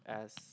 as